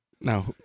No